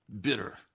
bitter